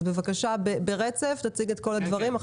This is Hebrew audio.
בבקשה תציג את כל הדברים ברצף,